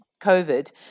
COVID